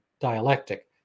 dialectic